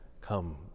come